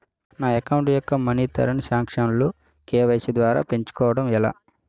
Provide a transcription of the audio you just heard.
నా అకౌంట్ యెక్క money transaction లు కే.వై.సీ ద్వారా పెంచుకోవడం ఎలా?